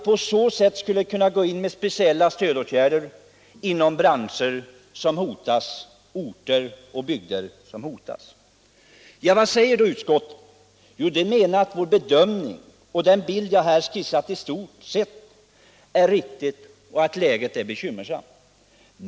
På så sätt skulle man kunna gå in med speciella stödåtgärder Nn inom branscher eller orter och bygder som hotas. Vad säger då utskottet? Jo, det menar att vår bedömning — dvs. den bild jag här skissat — i stort sett är riktig och att läget är bekymmersamt.